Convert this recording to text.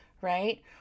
right